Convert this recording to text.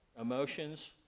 emotions